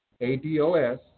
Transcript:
ADOS